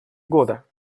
года